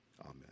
Amen